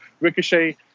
ricochet